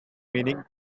meaning